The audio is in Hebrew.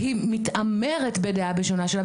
היא מתעמרת בדעה שונה משלה.